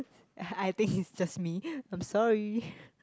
I think it's just me I'm sorry